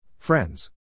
Friends